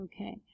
okay